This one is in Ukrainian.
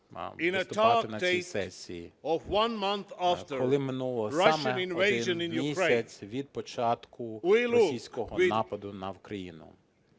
країн виступати на цій сесії, коли минув саме один місяць від початку російського нападу на Україну.